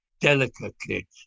delicately